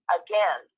again